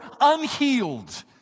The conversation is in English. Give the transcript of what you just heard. unhealed